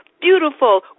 beautiful